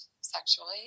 sexually